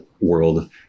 world